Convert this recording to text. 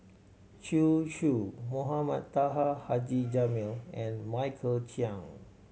Zhu Xu Mohamed Taha Haji Jamil and Michael Chiang